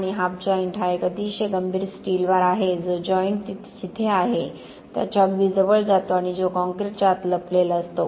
आणि half joint हा एक अतिशय गंभीर स्टील बार आहे जो जॉइंट जिथे आहे त्याच्या अगदी जवळ जातो आणि जो कॉंक्रिटच्या आत लपलेला असतो